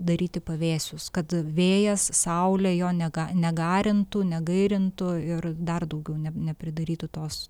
daryti pavėsius kad vėjas saulė jo nega negarintų negairintų ir dar daugiau ne nepridarytų tos